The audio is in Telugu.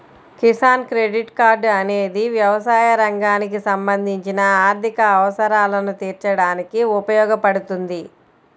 కిసాన్ క్రెడిట్ కార్డ్ అనేది వ్యవసాయ రంగానికి సంబంధించిన ఆర్థిక అవసరాలను తీర్చడానికి ఉపయోగపడుతుంది